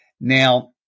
Now